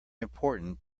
important